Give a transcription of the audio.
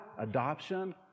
adoption